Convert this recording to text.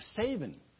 saving